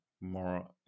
more